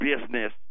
business